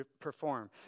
perform